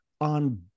on